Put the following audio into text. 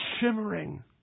shimmering